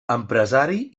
empresari